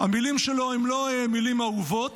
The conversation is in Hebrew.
המילים שלו הן לא מילים אהובות.